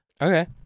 Okay